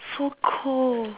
so cold